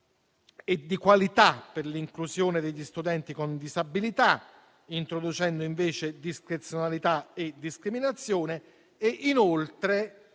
e di qualità per l'inclusione degli studenti con disabilità, introducendo invece discrezionalità e discriminazione. Inoltre,